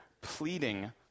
pleading